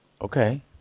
Okay